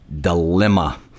dilemma